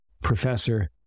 professor